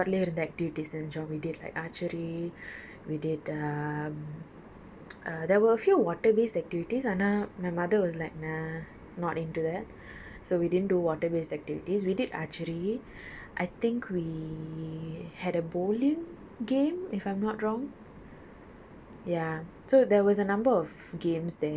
so err ஒரு நாள் வந்து முழுக்க முழுக்க:oru naal vanthu muzhukka muzhukka resort லே இருந்த:le iruntha activities சை செய்தோம்:sai senjom we did like archery we did um err there were a few water based activities ஆனால்:aanal my mother was like nah not into that so we didn't do water based activities we did a archery I think we had a bowling game if I'm not wrong